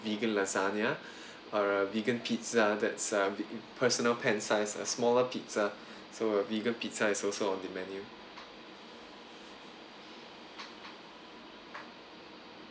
vegan lasagna or a vegan pizza that's uh personal pan sized a smaller pizza so a vegan pizza is also on the menu